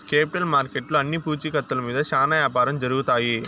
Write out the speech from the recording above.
capital మార్కెట్లో అన్ని పూచీకత్తుల మీద శ్యానా యాపారం జరుగుతాయి